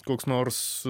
koks nors